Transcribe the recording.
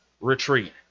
retreat